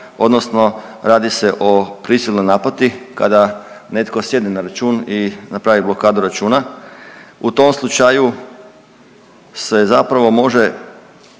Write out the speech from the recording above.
odnosno radi se o prisilnoj naplati kada netko sjedne na račun i napravi blokadu računa. U tom slučaju se zapravo može